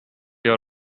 your